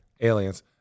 Aliens